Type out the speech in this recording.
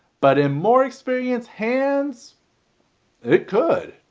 but in more experienced hands it could,